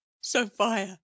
Sophia